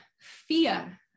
fear